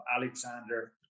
Alexander